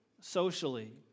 socially